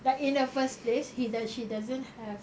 like in the first place he does~ she doesn't have